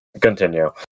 Continue